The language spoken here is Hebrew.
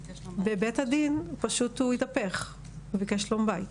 בבית הדין פשוט הוא התהפך, הוא ביקש שלום בית.